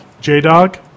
J-Dog